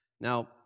Now